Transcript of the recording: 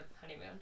honeymoon